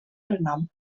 renom